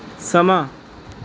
ਸਮਾਂ